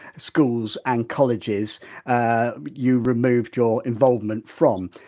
schools and colleges and you removed your involvement from.